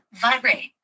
vibrate